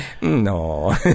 No